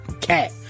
cat